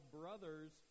brothers